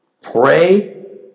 Pray